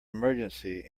emergency